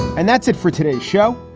and that's it for today show,